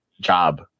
job